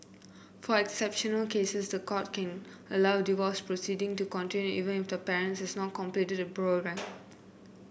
for exceptional cases the court can allow divorce proceeding to continue even if the parent has not completed the programme